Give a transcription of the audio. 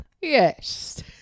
yes